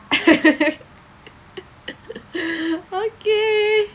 okay